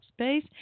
space